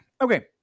Okay